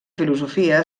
filosofia